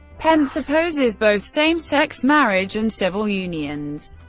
pence opposes both same-sex marriage and civil unions.